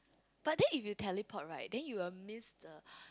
but then if you teleport right then you will miss the